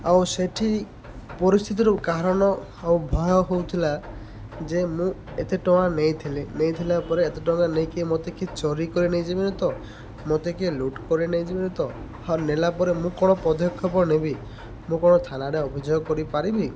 ଆଉ ସେଇଠି ପରିସ୍ଥିତିରୁ କାରଣ ଆଉ ଭୟ ହଉଥିଲା ଯେ ମୁଁ ଏତେ ଟଙ୍କା ନେଇଥିଲ ନେଇଥିଲା ପରେ ଏତେ ଟଙ୍କା ନେଇକି ମତେ କିଏ ଚୋରି କରି ନେଇ ଯିବେନି ତ ମତେ କିଏ ଲୁଟ୍ କରେ ନେଇ ଯିବେନି ତ ଆଉ ନେଲା ପରେ ମୁଁ କ'ଣ ପଦକ୍ଷେପ ନେବି ମୁଁ କ'ଣ ଥାନାରେ ଅଭିଯୋଗ କରିପାରିବି